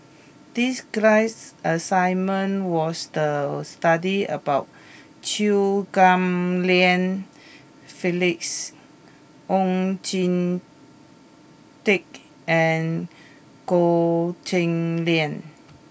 this class assignment was the study about Chew Ghim Lian Phyllis Oon Jin Teik and Goh Cheng Liang